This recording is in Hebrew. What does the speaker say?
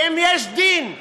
ואם יש דין,